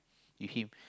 give him